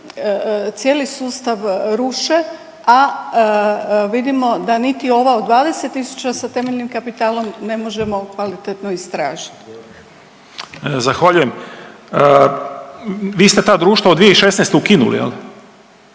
cijeli sustav ruše, a vidimo da niti ova od 20 tisuća sa temeljnim kapitalom ne možemo kvalitetno istražiti. **Lalovac, Boris (SDP)** Zahvaljujem. Vi ste ta društva od 2016. ukinuli jel,